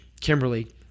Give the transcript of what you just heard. Kimberly